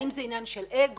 האם זה עניין של אגו?